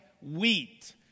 Wheat